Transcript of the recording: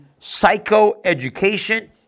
psychoeducation